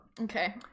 Okay